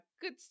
good